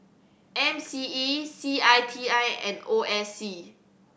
M C E C I T I and O I C